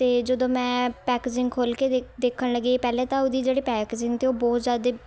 ਅਤੇ ਜਦੋਂ ਮੈਂ ਪੈਕਜ਼ਿੰਗ ਖੋਲ੍ਹ ਕੇ ਦੇ ਦੇਖਣ ਲੱਗੀ ਪਹਿਲੇ ਤਾਂ ਉਹਦੀ ਜਿਹੜੀ ਪੈਕਜ਼ਿੰਗ ਸੀ ਉਹ ਬਹੁਤ ਜ਼ਿਆਦਾ